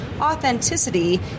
authenticity